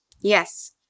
Yes